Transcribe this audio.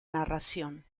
narración